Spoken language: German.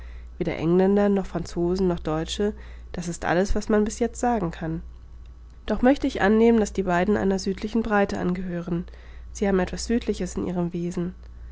weder engländer noch franzosen noch deutsche das ist alles was man bis jetzt sagen kann doch möchte ich annehmen daß die beiden einer südlichen breite angehören sie haben etwas südliches in ihrem wesen